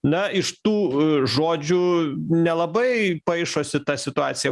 na iš tų žodžių nelabai paišosi ta situacija